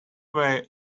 way